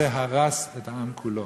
זה הרס את העניין כולו.